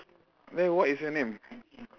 then what is your name